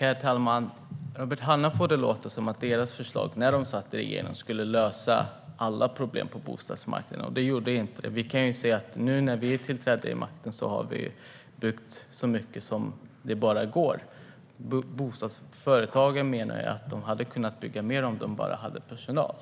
Herr talman! Robert Hannah får det att låta som att deras förslag när de satt i regering skulle ha löst alla problem på bostadsmarknaden. Det gjorde de inte. Vi kan se att när vi tillträtt vid makten har vi byggt så mycket som det bara går. Bostadsföretagen menar att de hade kunnat bygga mer om de bara hade personal.